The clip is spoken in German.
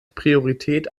priorität